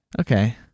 Okay